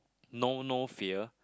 know no fear